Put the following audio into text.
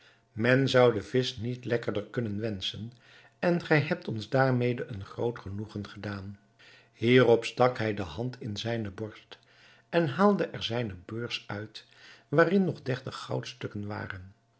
men zou de visch niet lekkerder kunnen wenschen en gij hebt ons daarmede een groot genoegen gedaan hierop stak hij de hand in zijne borst en haalde er zijne beurs uit waarin nog dertig goudstukken waren